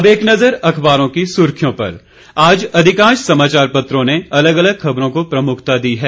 अब एक नजर अखबारों की सुर्खियों पर आज अधिकांश समाचार पत्रों ने अलग अलग खबरों को प्रमुखता दी है